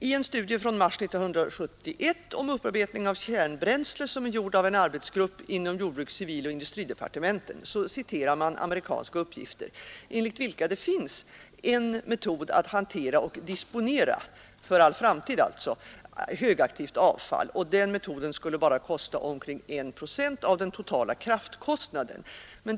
I en studie från mars 1971 om upparbetning av kärnbränsle, som är gjord av en arbetsgrupp inom jordbruks-, civiloch industridepartementen, citerar man amerikanska uppgifter, enligt vilka det finns en metod att hantera och disponera — för all framtid — högaktivt avfall. Den metoden skulle bara kosta omkring 1 procent av den totala kraftkostnaden.